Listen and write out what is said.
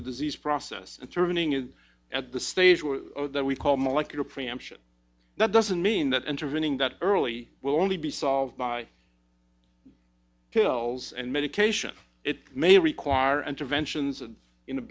the disease process and turning in at the stage that we call molecular preemption that doesn't mean that intervening that early will only be solved by pills and medication it may require interventions in